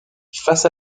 face